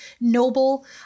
noble